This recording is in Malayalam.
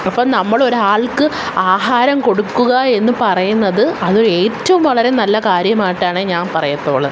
അപ്പം നമ്മളൊരാൾക്ക് ആഹാരം കൊടുക്കുക എന്നു പറയുന്നത് അത് ഏറ്റോം വളരെ നല്ല കാര്യമാട്ടാണ് ഞാൻ പറയത്തുള്ളൂ